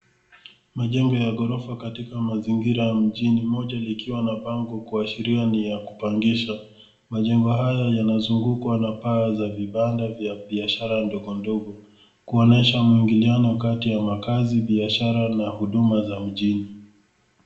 Majengo ya ghorofa katika mazingira ya mjini moja likiwa na bango likiashiria ni ya kupangisha. Majengo haya yanazungukwa na paa za vibanda vya biashara ndogondogo kuonyesha mwingiliano kata ya makaazi, biashara na huduma za mjini.